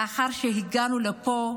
לאחר שהגענו לפה,